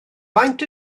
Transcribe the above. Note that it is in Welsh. faint